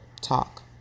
talk